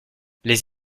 les